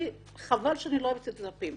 חבל שלא הבאתי את הדפים.